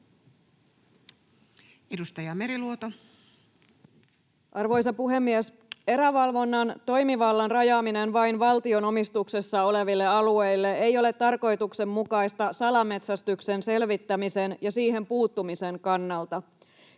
Content: Arvoisa puhemies! Erävalvonnan toimivallan rajaaminen vain valtion omistuksessa oleville alueille ei ole tarkoituksenmukaista salametsästyksen selvittämisen ja siihen puuttumisen kannalta.